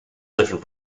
different